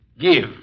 give